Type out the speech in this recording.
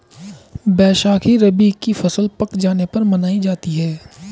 बैसाखी रबी की फ़सल पक जाने पर मनायी जाती है